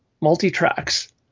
multi-tracks